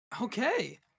Okay